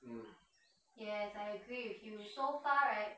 mm